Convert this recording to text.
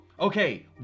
Okay